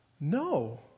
No